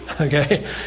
Okay